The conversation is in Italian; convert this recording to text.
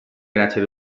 grazie